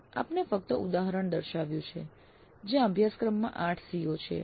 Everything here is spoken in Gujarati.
અહીં આપને ફક્ત ઉદાહરણ દર્શાવ્યું છે જ્યાં અભ્યાસક્રમમાં 8 CO છે